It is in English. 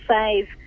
save